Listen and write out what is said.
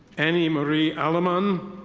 annie marie alleman.